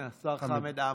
השר חמד עמאר.